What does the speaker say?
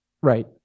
Right